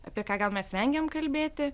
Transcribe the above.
apie ką gal mes vengiam kalbėti